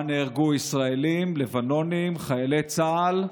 שבה נהרגו ישראלים, לבנונים, חיילי צה"ל,